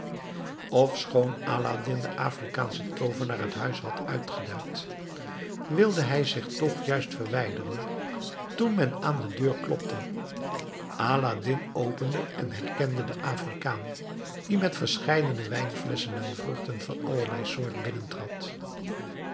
ofschoon aladdin den afrikaanschen toovenaar het huis had uitgeduid wilde hij zich toch juist verwijderen toen men aan de deur klopte aladdin opende en herkende den afrikaan die met verscheidene wijnflesschen en vruchten van allerlei soort